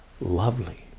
lovely